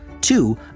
two